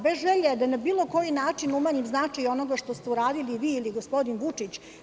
Bez želje da na bilo koji način umanjim značaj onoga što ste uradili vi ili gospodin Vučić.